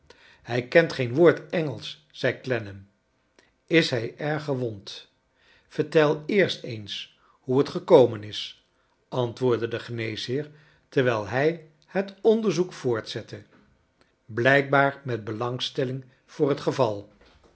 hij kent geen woord engelsch zei clennam is hij erg gewond vertel eerst eens hoe het gekomen is antwoordde de geneesheer terwijl hij het onderzoek voortzette blijkbaar met belangstelling voor het geval